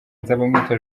nzabamwita